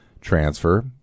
transfer